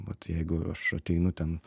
vat jeigu aš ateinu ten